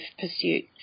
pursuit